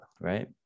right